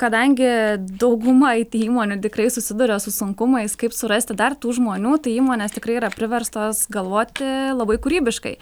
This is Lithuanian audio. kadangi dauguma it įmonių tikrai susiduria su sunkumais kaip surasti dar tų žmonių tai įmonės tikrai yra priverstos galvoti labai kūrybiškai